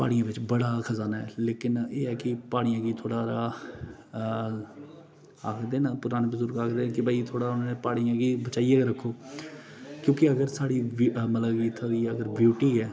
पानियै बिच्च बड़ा खजाना ऐ लेकिन एह् ऐ कि पानियै गी थोह्ड़ा हारा आखदे न पराने बजुर्ग आखदे कि भाई थोह्ड़ा हून पानी गी बचाइयै गै रक्खो क्योंकि अगर साढ़ी मतलब इत्थूं दी अगर ब्यूटी ऐ